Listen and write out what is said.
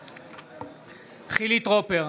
בעד חילי טרופר,